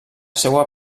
seua